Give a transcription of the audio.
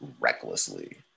recklessly